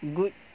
good